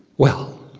well,